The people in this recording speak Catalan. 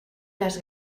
les